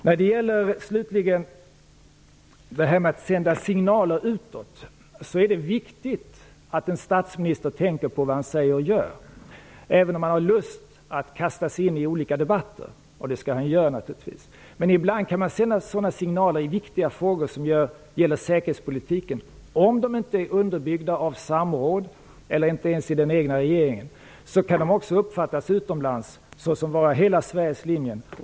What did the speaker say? När en statsminister sänder signaler utåt är det viktigt att han tänker på vad han säger och gör. Han kan ha lust att kasta sig in i olika debatter, och det skall han naturligtvis göra. Om de signaler man sänder ut i viktiga säkerhetspolitiska frågor inte är underbyggda med samråd, kanske inte ens i den egna regeringen, kan de ändå utomlands uppfattas såsom utgörande hela Sveriges linje.